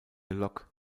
lok